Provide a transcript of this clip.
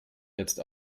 jetzt